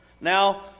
Now